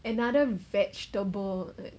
another vegetable